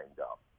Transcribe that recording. up